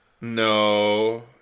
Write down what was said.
No